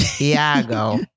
Iago